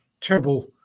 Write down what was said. terrible